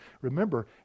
Remember